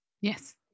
Yes